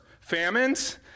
famines